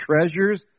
treasures